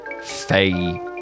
fae